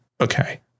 Okay